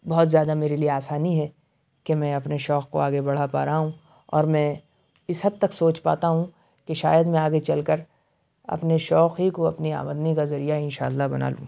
بہت زیادہ میرے لیے آسانی ہے کہ میں اپنے شوق کو آگے بڑھا پا رہا ہوں اور میں اِس حد تک سوچ پاتا ہوں کہ شاید میں آگے چل کر اپنے شوق ہی کو اپنی آمدنی کا ذریعہ اِنشاء اللہ بنا لوں